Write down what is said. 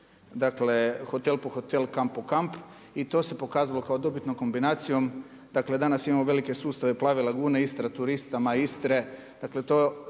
dakle hotel po hotel, kamp po kamp. I to se pokazalo kao dobitno kombinacijom. Dakle, danas imamo velike sustave Plave lagune Istre, turistima Istre,